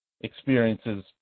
experiences